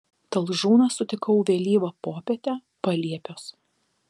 talžūną sutikau vėlyvą popietę paliepiuos